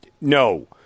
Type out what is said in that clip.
no